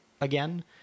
again